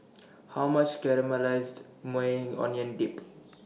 How much Caramelized Maui Onion Dip